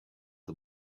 the